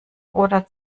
oder